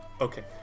okay